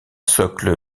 socle